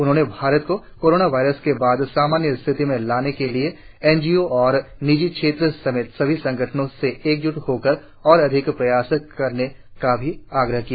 उन्होंने भारत को corona virus के बाद सामान्य स्थिति में लाने के लिए एनजीओ और निजी क्षेत्र समेत सभी संगठनों से एकजुट होकर और अधिक प्रयास करने का भी आग्रह किया